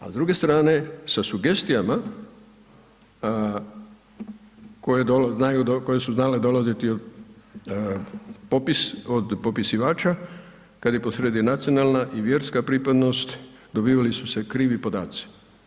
A s druge strane sa sugestijama koje su znale dolaziti od popisivača kada je posrijedi nacionalna i vjerska pripadnost dobivali su se krivi podaci.